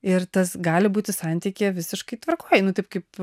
ir tas gali būti santykyje visiškai tvarkoj nu taip kaip